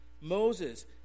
Moses